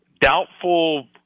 doubtful